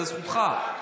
זאת זכותך.